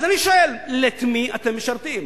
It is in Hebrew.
אז אני שואל: את מי אתם משרתים?